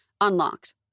unlocked